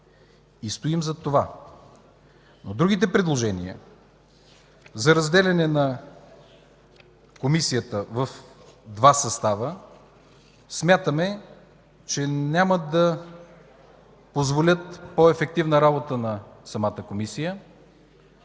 И стоим зад това.